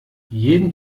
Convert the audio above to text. jeden